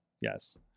Yes